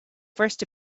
first